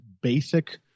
basic